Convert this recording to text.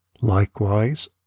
Likewise